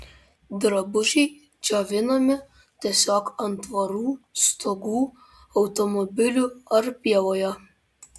drabužiai džiovinami tiesiog ant tvorų stogų automobilių ar pievoje